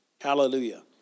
Hallelujah